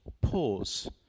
pause